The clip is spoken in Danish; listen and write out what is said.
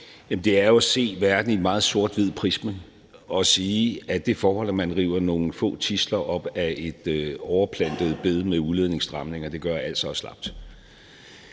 det er jo at se verden meget sort-hvidt at sige, at det forhold, at man river nogle få tidsler op af et overplantet bed med udlændingestramninger, gør, at alt så er slapt.